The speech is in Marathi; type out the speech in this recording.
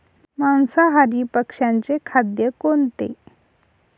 मांसाहारी पक्ष्याचे खाद्य कोणते?